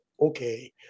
okay